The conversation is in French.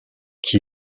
qui